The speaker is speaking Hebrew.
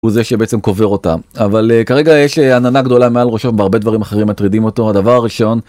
הוא זה שבעצם קובר אותה אבל כרגע יש עננה גדולה מעל ראשון והרבה דברים אחרים מטרידים אותו הדבר הראשון.